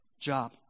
job